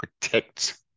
Protect